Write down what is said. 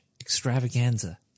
extravaganza